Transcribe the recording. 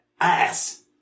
ass